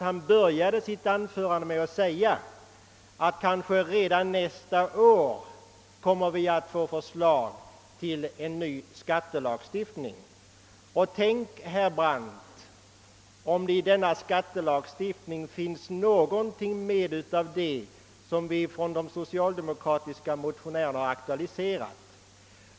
Han började sitt anförande med att säga att det kanske redan nästa år kommer att framläggas förslag om en ny skattelagstiftning. Tänk, herr Brandt, om det i denna skattelagstiftning finns någonting med av det som aktualiserats av de aktuella socialdemokratiska motionärerna.